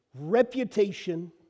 reputation